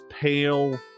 pale